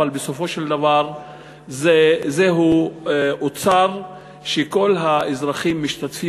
בסופו של דבר זהו אוצר שכל האזרחים משתתפים